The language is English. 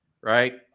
right